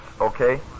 okay